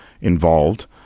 involved